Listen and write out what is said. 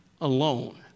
alone